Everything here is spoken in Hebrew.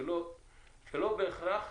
שלא בהכרח